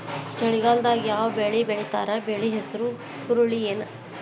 ಚಳಿಗಾಲದಾಗ್ ಯಾವ್ ಬೆಳಿ ಬೆಳಿತಾರ, ಬೆಳಿ ಹೆಸರು ಹುರುಳಿ ಏನ್?